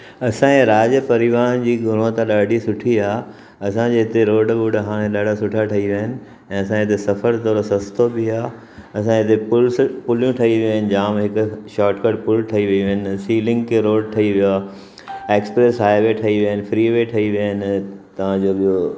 असांजे राज्य परिवहन जी ग्रोथ ॾाढी सुठी आहे असांजे हिते रोड वोड हाणे ॾाढा सुठा ठही विया आहिनि ऐं असांजे हिते सफ़रु थोरो सस्तो बि आहे असांजे हिते पुल्स पुलियूं ठही वयूं आहिनि जामु हिकु शॉटकट पुल ठही वियो आहिनि सिलिंग के रोड ठही वियो आहे ऐक्सप्रेस हाइवे ठही वियो आहिनि फ्री वे ठही विया आहिनि तव्हां जो ॿियो